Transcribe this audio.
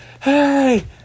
Hey